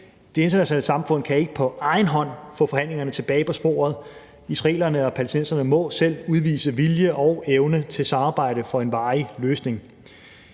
Det internationale samfund kan ikke på egen hånd få forhandlingerne tilbage på sporet; israelerne og palæstinenserne må selv udvise vilje og evne til samarbejde for en varig løsning.